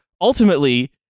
ultimately